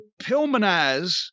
pilmanize